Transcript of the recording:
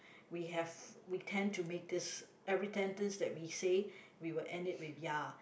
we have we tend to make this every ten things that we say we will end it with ya